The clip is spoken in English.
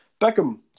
Beckham